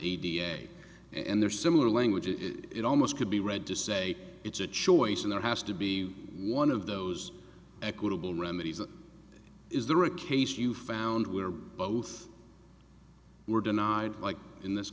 f and their similar language it almost could be read to say it's a choice and there has to be one of those equitable remedies that is there a case you found where both were denied like in this